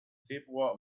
februar